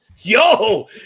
Yo